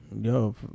Yo